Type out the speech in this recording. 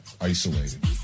isolated